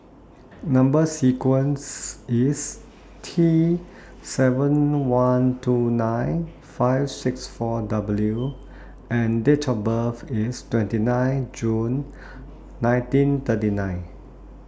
Number sequence IS T seven one two nine five six four W and Date of birth IS twenty nine June nineteen thirty nine